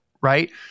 right